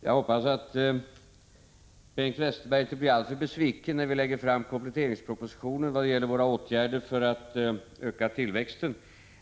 Jag hoppas att Bengt Westerberg inte blir alltför besviken på våra åtgärder för att öka tillväxten när vi lägger fram kompletteringspropositionen.